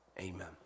Amen